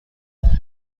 ممنون